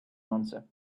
answer